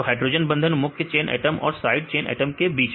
तो हैड्रोजन बंधन मुख्य चेन एटम और साइड चेन एटम के बीच में